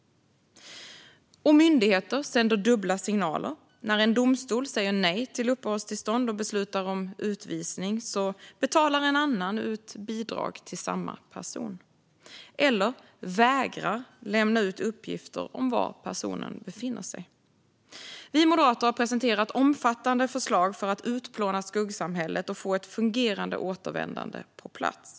Myndigheter sänder dubbla signaler. När en domstol säger nej till uppehållstillstånd och beslutar om utvisning betalar en myndighet ut bidrag till samma person eller vägrar att lämna ut uppgifter om var personen befinner sig. Vi moderater har presenterat omfattande förslag för att utplåna skuggsamhället och få ett fungerande återvändande på plats.